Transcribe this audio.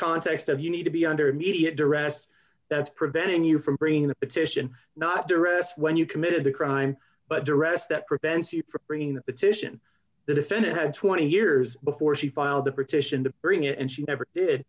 context of you need to be under immediate direct that's preventing you from bringing a petition not to rest when you committed the crime but arrest that prevents you from bringing the petition the defendant had twenty years before she filed the petition to bring it and she never did